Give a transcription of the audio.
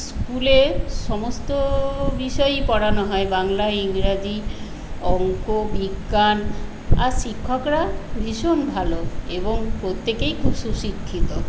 স্কুলে সমস্ত বিষয়ই পড়ানো হয় বাংলা ইংরাজী অঙ্ক বিজ্ঞান আর শিক্ষকরা ভীষণ ভালো এবং প্রত্যেকেই খুব সুশিক্ষিত